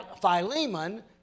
Philemon